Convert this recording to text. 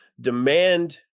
demand